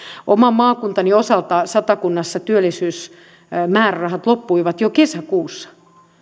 oman maakuntani satakunnan osalta työllisyysmäärärahat loppuivat jo kesäkuussa